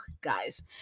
guys